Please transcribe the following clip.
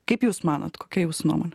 kaip jūs manot kokia jūsų nuomonė